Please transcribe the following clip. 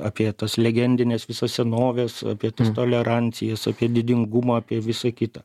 apie tas legendines visas senoves apie tolerancijas apie didingumą apie visa kita